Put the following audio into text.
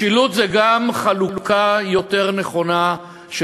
משילות זה גם חלוקה יותר נכונה של